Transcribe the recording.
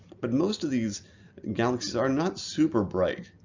but most of these galaxies are not super bright.